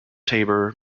tabor